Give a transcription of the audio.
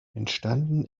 entstanden